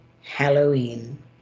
Halloween